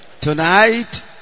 Tonight